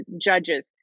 judges